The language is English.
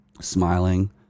smiling